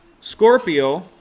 Scorpio